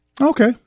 Okay